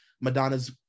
Madonna's